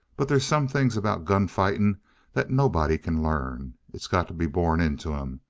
but there's some things about gun fighting that nobody can learn. it's got to be born into em.